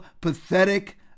pathetic